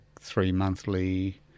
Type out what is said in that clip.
three-monthly